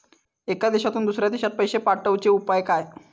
एका देशातून दुसऱ्या देशात पैसे पाठवचे उपाय काय?